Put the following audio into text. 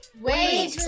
Wait